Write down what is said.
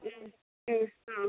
മ് മ് ആ